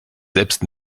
selbst